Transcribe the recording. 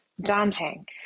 daunting